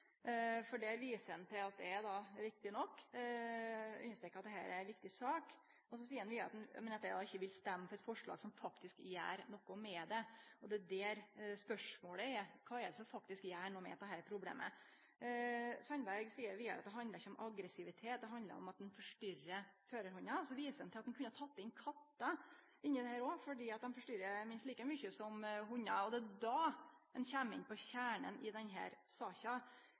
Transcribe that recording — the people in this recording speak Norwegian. for der viser han til at eg – riktig nok – understrekar at dette er ei viktig sak. Og så seier han vidare at eg ikkje vil stemme for eit forslag som faktisk gjer noko med problemet. Det er der spørsmålet er: Kva er det som faktisk gjer noko med dette problemet? Sandberg seier vidare at det ikkje handlar om aggressivitet, det handlar om at ein forstyrrar førarhundar, og så viser han til at ein òg kunne teke inn kattar i dette, for dei forstyrrar minst like mykje som hundar. Det er då han kjem inn på kjernen i denne saka,